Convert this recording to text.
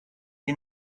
you